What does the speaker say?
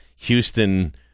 Houston